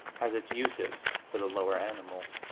has its uses for the lower animals.